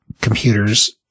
computers